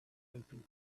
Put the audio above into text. opened